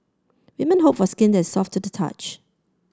women hope for skin that is soft to touch